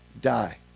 die